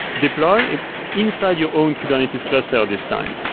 deploy inside your own kubernetes cluster this time